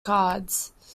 cards